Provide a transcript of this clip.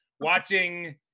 watching